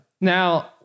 Now